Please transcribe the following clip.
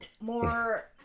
more